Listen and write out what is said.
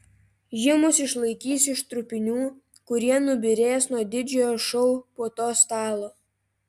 ji mus išlaikys iš trupinių kurie nubyrės nuo didžiojo šou puotos stalo